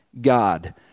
God